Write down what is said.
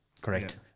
Correct